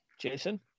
Jason